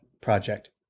project